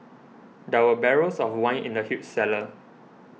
there were barrels of wine in the huge cellar